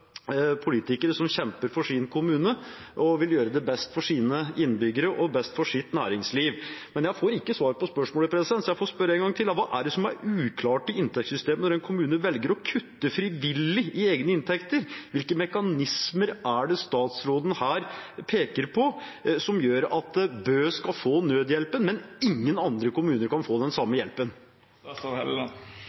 som vil gjøre det best for sine innbyggere og best for sitt næringsliv. Men jeg får ikke svar på spørsmålet, så jeg får spørre en gang til: Hva er det som er uklart i inntektssystemet når en kommune velger å kutte frivillig i egne inntekter? Hvilke mekanismer er det statsråden her peker på, som gjør at Bø skal få nødhjelpen, men at ingen andre kommuner kan få den samme hjelpen?